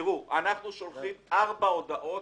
אנחנו שולחים ארבע הודעות,